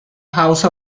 house